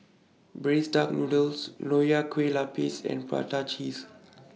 Braised Duck Noodles Nonya Kueh Lapis and Prata Cheese